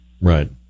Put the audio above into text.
Right